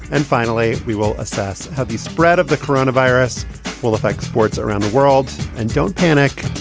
and finally, we will assess how the spread of the corona virus will affect sports around the world. and don't panic.